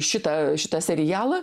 šitą šitą serialą